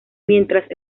mientras